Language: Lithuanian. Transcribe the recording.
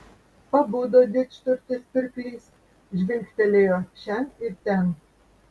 pabudo didžturtis pirklys žvilgtelėjo šen ir ten